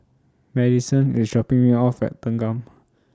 Madisyn IS dropping Me off At Thanggam